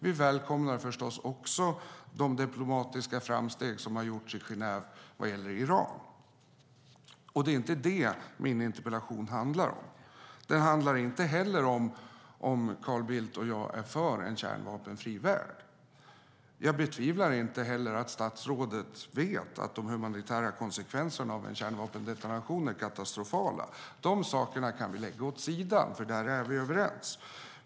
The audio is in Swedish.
Vi välkomnar förstås också de diplomatiska framsteg som har gjorts i Genève vad gäller Iran. Det är inte det min interpellation handlar om. Den handlar inte heller om huruvida Carl Bildt och jag är för en kärnvapenfri värld. Jag betvivlar inte heller att statsrådet vet att de humanitära konsekvenserna av en kärnvapendetonation är katastrofala. De sakerna kan vi lägga åt sidan, för där är vi överens.